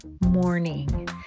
morning